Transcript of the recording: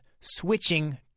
switching